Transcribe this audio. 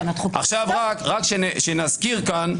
עכשיו רק שנזכיר כאן: